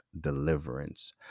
deliverance